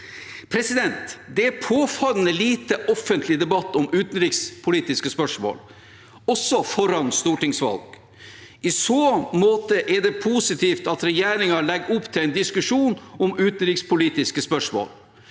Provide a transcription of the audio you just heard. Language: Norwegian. om det. Det er påfallende lite offentlig debatt om utenrikspolitiske spørsmål, også foran stortingsvalg. I så måte er det positivt at regjeringen legger opp til en diskusjon om utenrikspolitiske spørsmål.